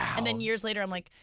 and then years later i'm like,